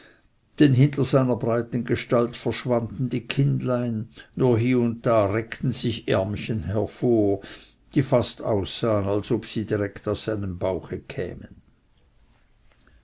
denn hinter seiner breiten gestalt verschwanden die kindlein nur hie und da streckten sich ärmchen hervor die fast aussahen als ob sie direkt aus seinem bauche kämen